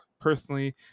personally